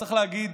צריך להגיד,